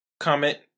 comment